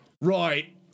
right